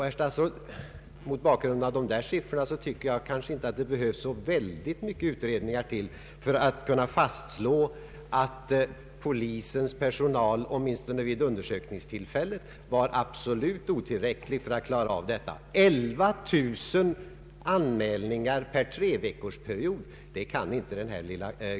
Herr statsråd, mot bakgrund av dessa siffror behövs det nog inte mycken utredning för att fastslå att polisens personal, åtminstone vid undersökningstillfället, var absolut otillräcklig för att klara av detta arbete — 11000 fall på en treveckorsperiod.